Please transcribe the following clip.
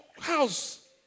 house